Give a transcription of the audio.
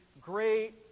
great